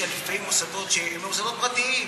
יש אלפי מוסדות שהם מוסדות פרטיים,